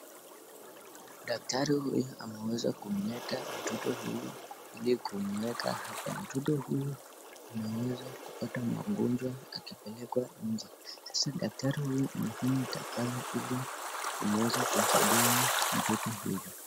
Daktari huyu ameweza kumleta mtoto huyu ili kumuweka hapa. Mtoto huyu anaweza kupata magonjwa akipelekwa nje. Sasa daktari huyu amefanya itakavyo ili kumuweza kumsaidia mtoto huyu.